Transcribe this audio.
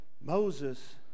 Moses